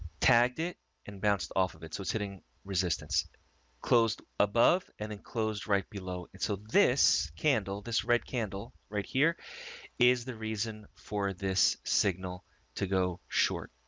tagged it and bounced off of it. so sitting resistance closed above and enclosed right below. and so this candle, this red candle right here is the reason for this signal to go short,